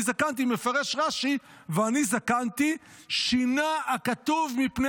זקנתי" מפרש רש"י: "ואני זקנתי" "שינה הכתוב מפני